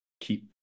keep